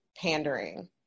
pandering